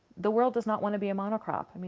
the world does not want to be a mono-crop. i mean